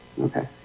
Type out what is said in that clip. Okay